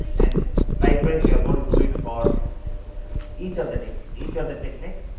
and likewise, we are going to do it for each of the technique each of the technique,